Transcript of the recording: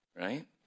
Right